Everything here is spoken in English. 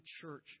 church